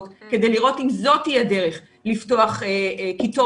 כדי לראות אם זאת תהיה דרך לפתוח כיתות